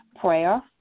prayer